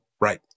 right